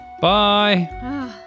Bye